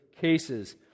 cases